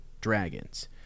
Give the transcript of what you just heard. dragons